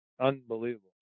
unbelievable